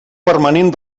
permanent